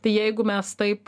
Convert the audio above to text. tai jeigu mes taip